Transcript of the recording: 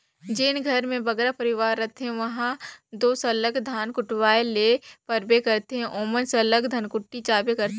जेन घर में बगरा परिवार रहथें उहां दो सरलग धान कुटवाए ले परबे करथे ओमन सरलग धनकुट्टी जाबे करथे